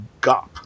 gop